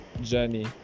journey